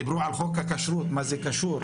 דיברו על חוק הכשרות ומה זה קשור.